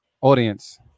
audience